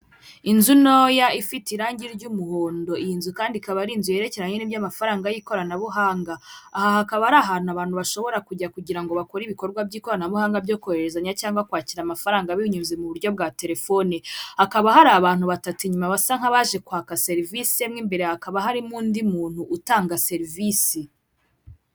Inzu ntoya ifite irangi ry'umuhondo iyi nzu kandi ikaba ari inzu yerekeranye n'ibyamafaranga y'ikoranabuhanga, aha hakaba ari ahantu abantu bashobora kujya kugirango bakore ibikorwa by'ikoranabuhanga byo kohererezanya cyangwa kwakira amafaranga binyuze mu buryo bwa telefoni, hakaba hari abantu batatu inyuma basa nk'abaje kwaka serivisi imwe imbere hakaba harimo undi muntu utanga serivisi.